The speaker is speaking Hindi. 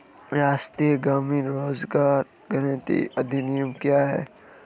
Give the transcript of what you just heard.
राष्ट्रीय ग्रामीण रोज़गार गारंटी अधिनियम क्या है?